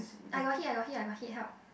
I got hit I got hit I got hit help